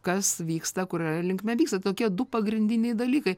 kas vyksta kuria linkme vyksta tokie du pagrindiniai dalykai